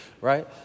right